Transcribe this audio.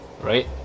right